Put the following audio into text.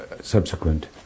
subsequent